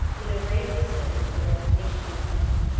would have raised the sinner to the reputation of a saint.